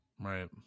Right